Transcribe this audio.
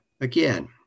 Again